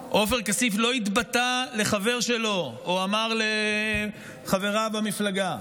עופר כסיף לא התבטא לחבר שלו או אמר לחברה במפלגה.